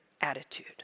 attitude